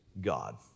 God